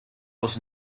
was